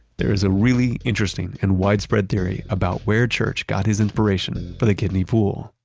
there is a really interesting and widespread theory about where church got his inspiration for the kidney pool.